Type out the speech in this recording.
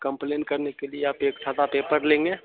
complain करने के लिए आप एक सादा पेपर लेंगे